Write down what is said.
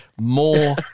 more